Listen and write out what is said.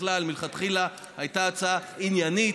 בכלל מלכתחילה היא הייתה הצעה עניינית,